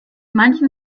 manchen